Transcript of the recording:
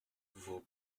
vos